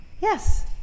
Yes